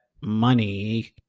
money